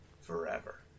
forever